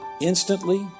Instantly